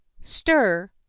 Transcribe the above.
stir